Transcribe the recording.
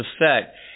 effect